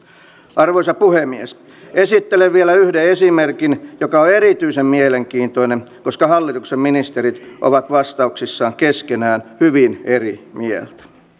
arvoisa puhemies esittelen vielä yhden esimerkin joka on erityisen mielenkiintoinen koska hallituksen ministerit ovat vastauksissaan keskenään hyvin eri mieltä